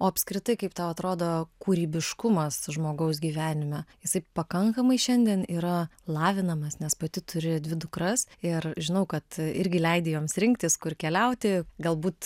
o apskritai kaip tau atrodo kūrybiškumas žmogaus gyvenime jisai pakankamai šiandien yra lavinamas nes pati turi dvi dukras ir žinau kad irgi leidi joms rinktis kur keliauti galbūt